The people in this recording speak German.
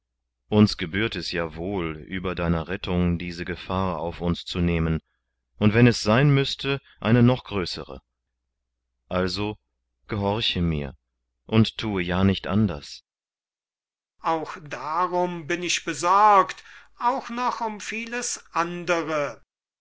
uns gebührt es ja wohl über deiner rettung diese gefahr auf uns zu nehmen und wenn es sein müßte eine noch größere also gehorche mir und tue ja nicht anders sokrates auch darum bin ich besorgt auch noch um vieles andere